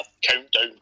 Countdown